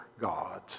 gods